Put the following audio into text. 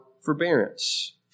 forbearance